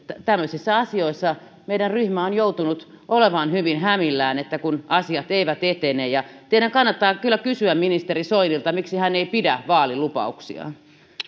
tämmöisissä asioissa meidän ryhmä on joutunut olemaan hyvin hämillään kun asiat eivät etene teidän kannattaa kyllä kysyä ministeri soinilta miksi hän ei pidä vaalilupauksiaan